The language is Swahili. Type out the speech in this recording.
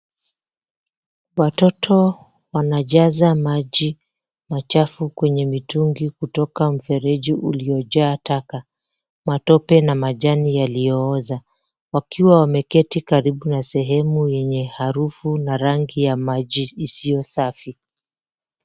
Watoto wanajaza maji machafu kwenye mitungi kutoka mfereji uliojaa taka, matope na majani yaliooza, wakiwa wameketi karibu na sehemu yenye harufu na rangi ya maji isiyo safi.